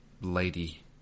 lady